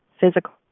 physical